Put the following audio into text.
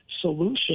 solution